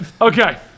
Okay